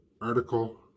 article